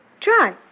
try